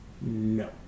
No